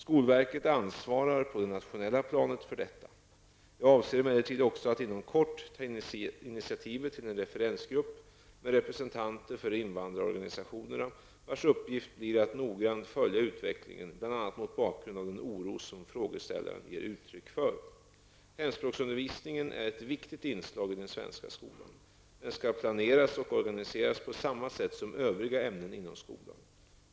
Skolverket ansvarar på det nationella planet för detta. Jag avser emellertid också att inom kort ta initiativ till en referensgrupp, med representanter för invandrarorganisationerna, vars uppgift blir att noggrant följa utvecklingen bl.a. mot bakgrund av den oro som frågeställaren ger uttryck för. Hemspråksundervisning är ett viktigt inslag i den svenska skolan. Den skall planeras och organiseras på samma sätt som övriga ämnen inom skolan.